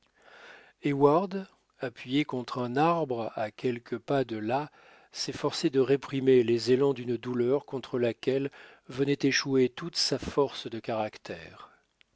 heyward appuyé contre un arbre à quelques pas de là s'efforçait de réprimer les élans d'une douleur contre laquelle venait échouer toute sa force de caractère